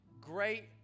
great